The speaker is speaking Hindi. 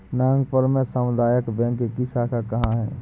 नागपुर में सामुदायिक बैंक की शाखा कहाँ है?